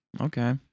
Okay